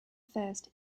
first